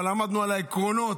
אבל עמדנו על העקרונות,